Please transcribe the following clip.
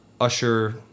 usher